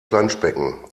planschbecken